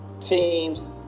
teams